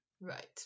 Right